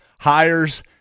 hires